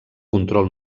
control